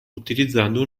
utilizzando